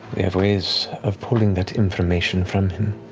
we have ways of pulling that information from him.